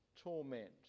Torment